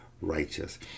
righteous